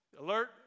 Alert